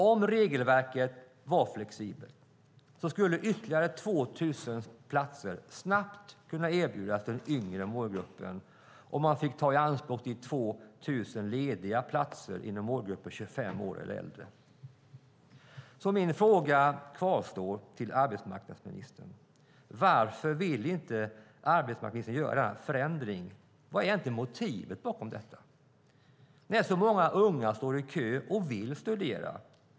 Om regelverket vore flexibelt skulle ytterligare 2 000 platser snabbt kunna erbjudas den yngre målgruppen, alltså om man fick ta i anspråk de 2 000 lediga platserna inom målgruppen 25 år eller äldre. Mina frågor till arbetsmarknadsministern kvarstår: Varför vill arbetsmarknadsministern inte göra den ändringen? Vad är egentligen motivet när så många unga står i kö och vill studera?